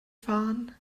fahren